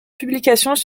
publications